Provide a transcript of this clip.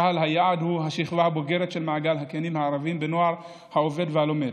קהל היעד הוא השכבה הבוגרת של מעגל הקינים הערביים בנוער העובד והלומד.